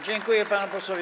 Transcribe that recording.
Dziękuję panu posłowi.